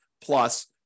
plus